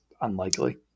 unlikely